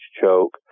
choke